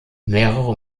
mehrere